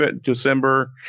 December